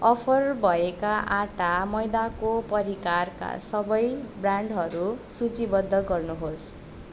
offer भएका आँटा मैदाको परिकारका सबै ब्रान्डहरू सूचीबद्ध गर्नुहोस्